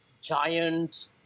giant